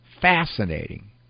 Fascinating